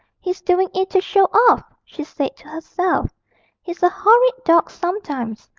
he's doing it to show off she said to herself he's a horrid dog sometimes.